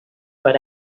but